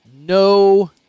No